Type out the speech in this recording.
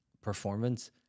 performance